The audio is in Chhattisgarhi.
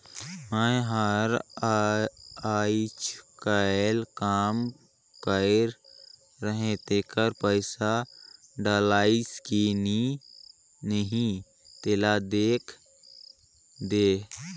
मै हर अईचकायल काम कइर रहें तेकर पइसा डलाईस कि नहीं तेला देख देहे?